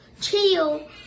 chill